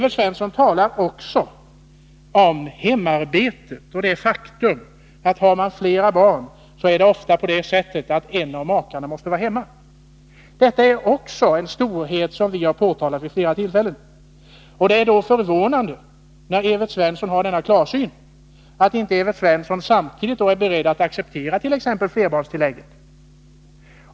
Evert Svensson talar också om hemarbetet och det faktum att en av makarna oftast måste vara hemma om de har flera barn. Också detta är en omständighet som vi har påtalat vid flera tillfällen. Då Evert Svensson har denna klarsyn är det förvånande att han inte samtidigt är beredd att acceptera t.ex. vårdnadsersättningen.